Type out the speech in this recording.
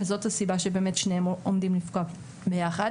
זאת הסיבה שבאמת שניהם עומדים לפקוע ביחד.